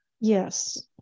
Yes